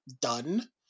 done